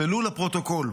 ולו לפרוטוקול.